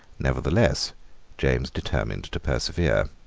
nevertheless james determined to persevere.